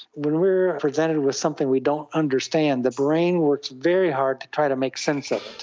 when we are presented with something we don't understand, the brain works very hard to try to make sense of it.